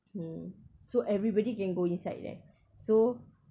mm so everybody can go inside there so